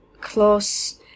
close